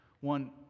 One